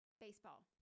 Baseball